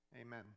Amen